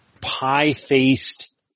pie-faced